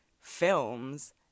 films